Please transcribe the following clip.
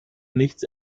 nichts